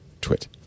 twit